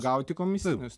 gauti komisinius